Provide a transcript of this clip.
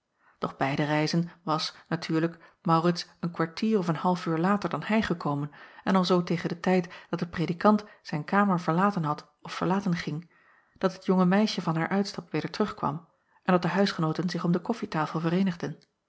och beide reizen was natuurlijk aurits een kwartier of een half uur later dan hij gekomen en alzoo tegen den tijd dat de predikant zijn kamer verlaten had of verlaten ging dat het jonge meisje van haar uitstap weder terugkwam en dat de huisgenooten zich om de koffietafel vereenigden